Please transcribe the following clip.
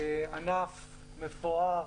זהו ענף מפואר